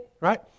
right